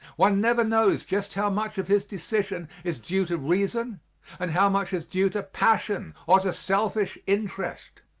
one never knows just how much of his decision is due to reason and how much is due to passion or to selfish interest.